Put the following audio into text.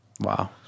Wow